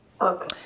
Okay